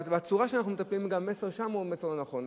הצורה שאנחנו מטפלים היא גם מסר לא נכון שם.